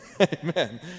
Amen